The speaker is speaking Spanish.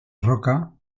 roca